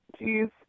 jeez